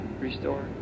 Restore